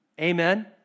amen